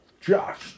Josh